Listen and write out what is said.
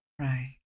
Right